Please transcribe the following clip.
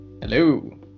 hello